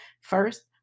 First